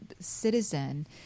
citizen